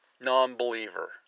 non-believer